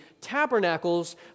tabernacles